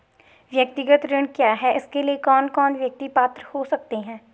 व्यक्तिगत ऋण क्या है इसके लिए कौन कौन व्यक्ति पात्र हो सकते हैं?